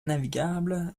navigable